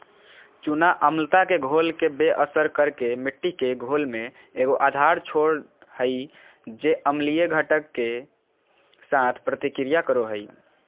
चूना अम्लता के घोल के बेअसर कर के मिट्टी के घोल में एगो आधार छोड़ हइ जे अम्लीय घटक, के साथ प्रतिक्रिया करो हइ